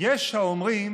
יש האומרים